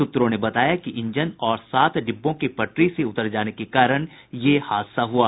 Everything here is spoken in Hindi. सूत्रों ने बताया कि इंजन और सात डिब्बों के पटरी से उतर जाने के कारण यह हादसा हुआ